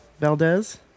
Valdez